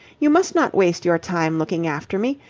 you must not waste your time looking after me.